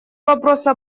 вопроса